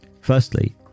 Firstly